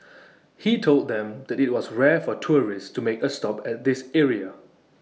he told them that IT was rare for tourists to make A stop at this area